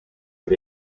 put